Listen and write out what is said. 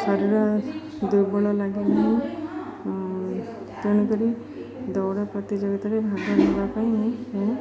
ଶରୀର ଦୁର୍ବଳ ଲାଗେ ନାହିଁ ତେଣୁ କରି ଦୌଡ଼ା ପ୍ରତିଯୋଗିତାରେ ଭାଗ ନେବା ପାଇଁ ମୁଁ ମୁଁ